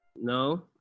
No